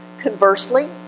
Conversely